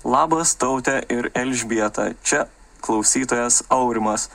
labas taute ir elžbieta čia klausytojas aurimas